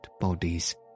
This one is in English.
bodies